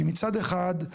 כי מצד אחד,